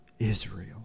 Israel